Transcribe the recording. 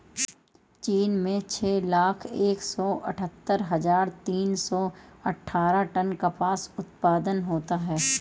चीन में छह लाख एक सौ अठत्तर हजार तीन सौ अट्ठारह टन कपास उत्पादन होता है